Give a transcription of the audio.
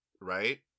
right